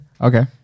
Okay